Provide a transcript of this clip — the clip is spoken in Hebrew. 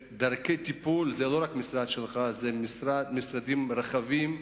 הטיפול אינו רק במשרד שלך, הוא במשרדים רבים.